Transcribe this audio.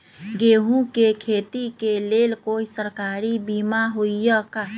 गेंहू के खेती के लेल कोइ सरकारी बीमा होईअ का?